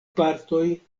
partoj